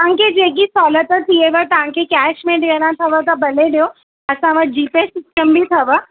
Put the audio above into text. तव्हांखे जेकी सहूलियत थियेव तव्हांखे कैश में ॾियणा अथव त भले ॾियो असां वटि जीपे सिस्टम बि अथव